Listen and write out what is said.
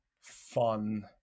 fun